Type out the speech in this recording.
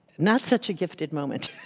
not such a gifted moment.